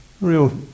real